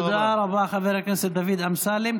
תודה רבה, חבר הכנסת דוד אמסלם.